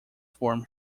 form